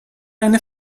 eine